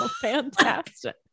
Fantastic